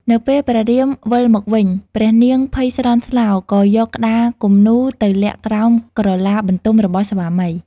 នៅពេលព្រះរាមវិលមកវិញ ព្រះនាងភ័យស្លន់ស្លោក៏យកក្តារគំនូរទៅលាក់ក្រោមក្រឡាបន្ទំរបស់ស្វាមី។